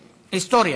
היסטוריה,